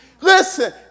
Listen